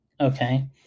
Okay